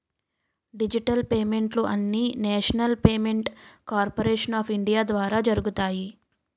digital పేమెంట్లు అన్నీనేషనల్ payment corporation of India ద్వారా జరుగుతాయి